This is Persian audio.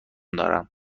ندارم